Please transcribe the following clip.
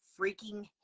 freaking